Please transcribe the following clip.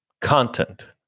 content